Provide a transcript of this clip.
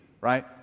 right